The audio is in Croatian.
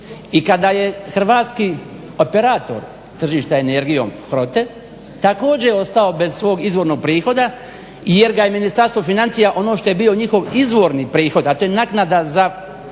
i kada je hrvatski operator tržišta energijom PROTEN, također ostao bez svog izvornog prihoda jer ga je Ministarstvo financija, ono što je bio njihov izvorni prihod a to je naknada za